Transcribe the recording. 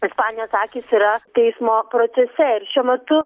ispanijos akys yra teismo procese ir šiuo metu